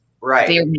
Right